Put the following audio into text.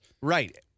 Right